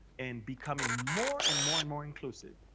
and becoming more, and more and more inclusive.